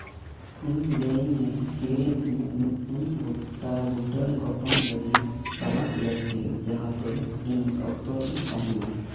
ᱤᱧ ᱞᱟᱹᱭᱟᱹᱧ ᱢᱮ ᱛᱤᱨᱮ ᱤᱧᱟᱹᱜ ᱢᱤᱫᱴᱟᱱ ᱜᱳᱴᱟᱵᱩᱴᱟᱹ ᱜᱷᱚᱴᱚᱱ ᱞᱟᱹᱜᱤᱫ ᱪᱟᱞᱟᱜ ᱞᱟᱹᱠᱛᱤ ᱡᱟᱦᱟᱸ ᱛᱮ ᱤᱧ ᱚᱠᱛᱚ ᱨᱤᱧ ᱛᱟᱦᱮᱱ ᱢᱟ